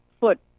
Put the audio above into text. foot